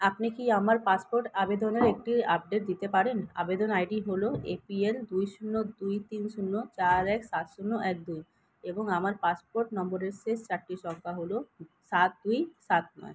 আপনি কি আমার পাসপোর্ট আবেদনের একটি আপডেট দিতে পারেন আবেদন আই ডি হলো এপিএল দুই শূন্য দুই তিন শূন্য চার এক সাত শূন্য এক দুই এবং আমার পাসপোর্ট নম্বরের শেষ চারটি সংখ্যা হলো সাত দুই সাত নয়